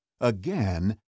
Again